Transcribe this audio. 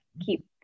keep